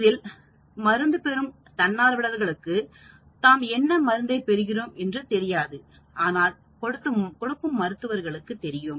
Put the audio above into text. இதில் மருந்து பெறும் தன்னார்வலர்களுக்கு தாம் என்ன மருந்தை பெறுகிறோம் என்று தெரியாது ஆனால் கொடுக்கும் மருத்துவருக்கு தெரியும்